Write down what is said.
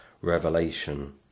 revelation